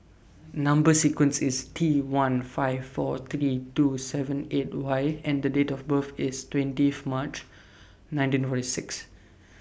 Number sequence IS T one five four three two seven eight Y and Date of birth IS twentieth March nineteen forty six